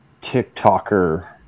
TikToker